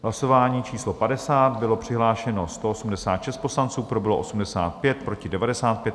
Hlasování číslo 50, bylo přihlášeno 186 poslanců, pro bylo 85, proti 95.